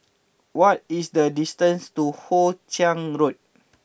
what is the distance to Hoe Chiang Road